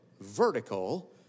vertical